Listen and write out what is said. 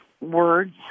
words